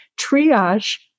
triage